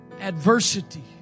adversity